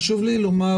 חשוב לי לומר,